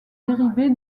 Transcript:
dérivé